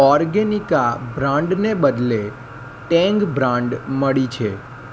Organica બ્રાંડને બદલે Tang brand મળી છે